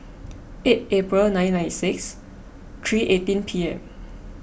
eight April nineteen ninety six three eighteen P M